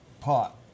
pot